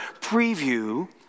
preview